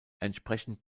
entsprechend